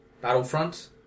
Battlefront